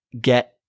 get